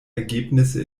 ergebnisse